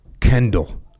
Kendall